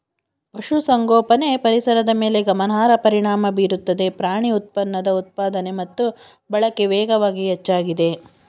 ಪಶುಸಂಗೋಪನೆ ಪರಿಸರದ ಮೇಲೆ ಗಮನಾರ್ಹ ಪರಿಣಾಮ ಬೀರುತ್ತದೆ ಪ್ರಾಣಿ ಉತ್ಪನ್ನದ ಉತ್ಪಾದನೆ ಮತ್ತು ಬಳಕೆ ವೇಗವಾಗಿ ಹೆಚ್ಚಾಗಿದೆ